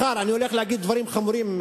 אני הולך להגיד דברים חמורים,